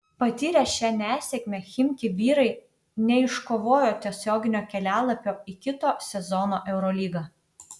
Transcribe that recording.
patyrę šią nesėkmę chimki vyrai neiškovojo tiesioginio kelialapio į kito sezono eurolygą